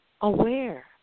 aware